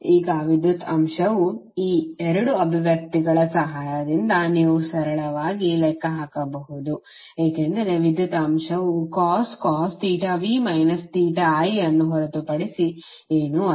ಈಗ ವಿದ್ಯುತ್ ಅಂಶವು ಈ 2 ಅಭಿವ್ಯಕ್ತಿಗಳ ಸಹಾಯದಿಂದ ನೀವು ಸರಳವಾಗಿ ಲೆಕ್ಕ ಹಾಕಬಹುದು ಏಕೆಂದರೆ ವಿದ್ಯುತ್ ಅಂಶವು cos v i ಅನ್ನು ಹೊರತುಪಡಿಸಿ ಏನೂ ಅಲ್ಲ